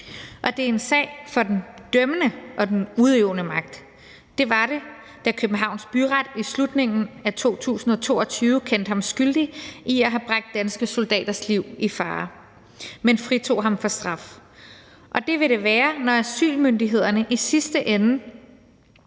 og det er en sag for den dømmende og den udøvende magt. Det var det, da Københavns Byret i slutningen af 2022 kendte ham skyldig i at have bragt danske soldaters liv i fare, men fritog ham for straf. Og det vil det være, når asylmyndighederne, i sidste ende